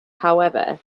however